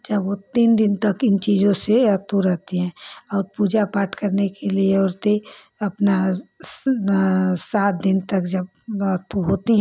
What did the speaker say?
जब वो तीन दिन तक इन चीज़ों से अतु रहती है और पूजा पाठ करने के लिए औरतें अपना सात दिन तक जब अतु होती हैं